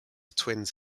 twins